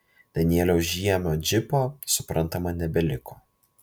danieliaus žiemio džipo suprantama nebeliko